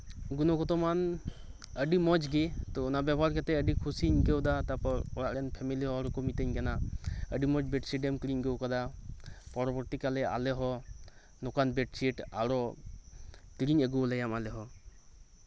ᱜᱩᱱᱚᱜᱚᱛᱚ ᱢᱟᱱ ᱟᱹᱰᱤ ᱢᱚᱸᱡ ᱜᱮ ᱛᱚ ᱚᱱᱟ ᱵᱮᱵᱚᱦᱟᱨ ᱠᱟᱛᱮ ᱟᱹᱰᱤ ᱠᱩᱥᱤᱧ ᱟᱹᱭᱠᱟᱹᱣᱫᱟ ᱛᱟᱨᱯᱚᱨ ᱚᱲᱟᱜ ᱨᱮᱱ ᱯᱷᱮᱢᱤᱞᱤ ᱦᱚᱲ ᱦᱚᱸᱠᱚ ᱢᱤᱛᱟᱹᱧ ᱠᱟᱱᱟ ᱟᱹᱰᱤ ᱢᱚᱸᱡ ᱵᱮᱰᱥᱤᱴᱮᱢ ᱠᱤᱨᱤᱧ ᱟᱹᱜᱩ ᱟᱠᱟᱫᱟ ᱯᱚᱨᱚᱵᱚᱨᱛᱤ ᱠᱟᱞᱮ ᱟᱞᱮ ᱦᱚᱸ ᱱᱚᱝᱠᱟᱱ ᱵᱮᱰᱥᱤᱴ ᱟᱨᱦᱚᱸ ᱠᱤᱨᱤᱧ ᱟᱹᱜᱩ ᱟᱞᱮᱭᱟᱢ ᱟᱞᱮᱦᱚᱸ